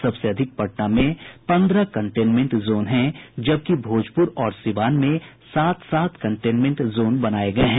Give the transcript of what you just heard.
सबसे अधिक पटना में पन्द्रह कंटेनमेंट जोन हैं जबकि भोजपुर और सिवान में सात सात कंटेनमेंट जोन बनाये गये हैं